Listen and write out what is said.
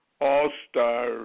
all-star